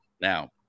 Now